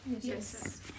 Yes